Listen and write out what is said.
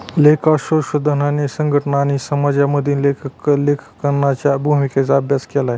लेखा संशोधनाने संघटना आणि समाजामधील लेखांकनाच्या भूमिकांचा अभ्यास केला आहे